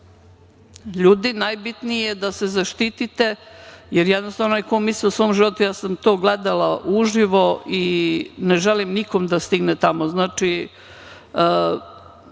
Ljudi, najbitnije je da se zaštite, jer ko misli o svom životu, ja sam to gledala uživo i ne želim nikom da stigne tamo. Znači,